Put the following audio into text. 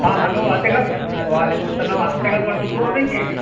ہاں ہلو عاتکہ وعلیکم السلام عاتکہ پردین بول رہی ہیں